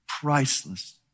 priceless